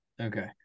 okay